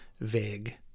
vague